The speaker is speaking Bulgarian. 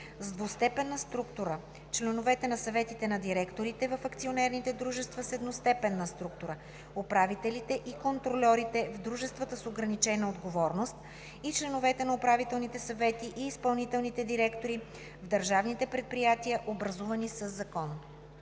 с двустепенна структура, членовете на съветите на директорите в акционерните дружества с едностепенна структура, управителите и контрольорите в дружествата с ограничена отговорност и членовете на управителните съвети и изпълнителните директори в държавните предприятия, образувани със закон.“